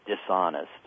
dishonest